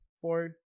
four